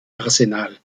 arsenal